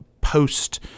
post